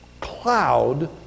cloud